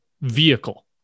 vehicle